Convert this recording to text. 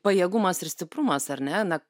pajėgumas ir stiprumas ar ne na